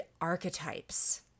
archetypes